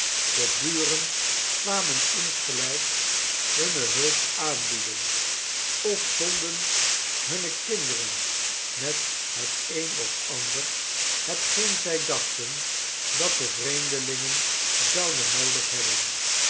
de buren kwamen insgelijks hunne hulp aanbieden of zonden hunne kinderen met het een of ander hetgeen zij dachten dat de vreemdelingen zouden noodig hebben